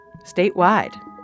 statewide